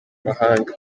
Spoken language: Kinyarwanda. mahanga